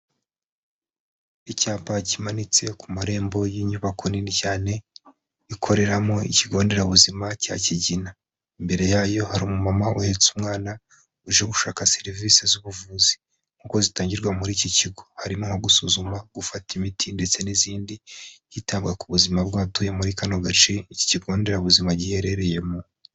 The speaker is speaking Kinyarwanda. Icyapa kimanitse ku marembo y'inyubako nini cyane ikoreramo ikigo nderabuzima cya Kigina. Imbere yayo hari umumama uhetse umwana uje gushaka serivisi z'ubuvuzi, nk'uko zitangirwa muri iki kigo harimo nko gusuzuma, gufata imiti, ndetse n'izindi hitabwa ku buzima bw'abatuye muri kano gace iki kigo nderabuzima giherereyemo.